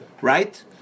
Right